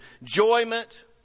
enjoyment